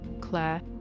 Claire